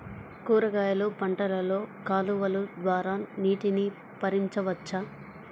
కూరగాయలు పంటలలో కాలువలు ద్వారా నీటిని పరించవచ్చా?